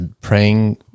praying